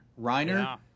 Reiner